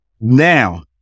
Now